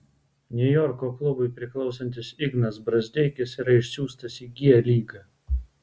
niujorko klubui priklausantis ignas brazdeikis yra išsiųstas į g lygą